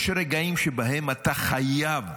יש רגעים שבהם אתה חייב,